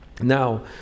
Now